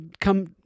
come